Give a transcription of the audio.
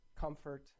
comfort